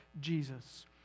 Jesus